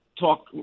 Talk